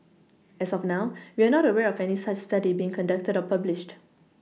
as of now we are not aware of any such study being conducted or published